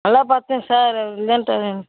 நல்லா பார்த்தேன் சார் அது இல்லேன்ட்டாரு